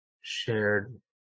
shared